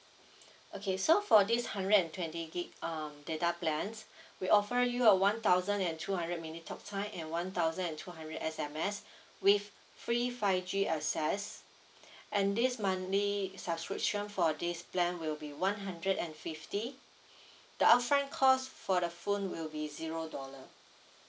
okay so for this hundred and twenty gig um data plans we offer you a one thousand and two hundred minutes talk time and one thousand and two hundred S_M_S with free five G access and this monthly subscription for this plan will be one hundred and fifty the upfront cost for the phone will be zero dollar